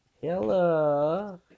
Hello